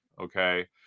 Okay